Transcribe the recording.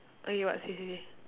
okay what say say say